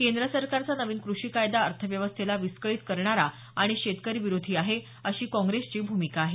केंद्र सरकारचा नवीन कृषी कायदा अर्थव्यवस्थेला विस्कळीत करणारा आणि शेतकरी विरोधी आहे अशी काँग्रेसची भूमिका आहे